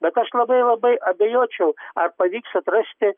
bet aš labai labai abejočiau ar pavyks atrasti